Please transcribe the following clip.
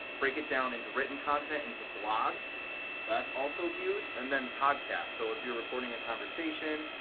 break it down into written content, into blogs that's also huge and then podcast so if you're recording a conversation,